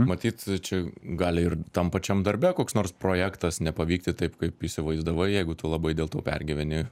matyt čia gali ir tam pačiam darbe koks nors projektas nepavykti taip kaip įsivaizdavai jeigu tu labai dėl to pergyveni